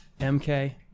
MK